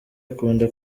akunda